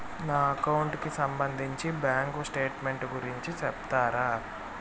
నా అకౌంట్ కి సంబంధించి బ్యాంకు స్టేట్మెంట్ గురించి సెప్తారా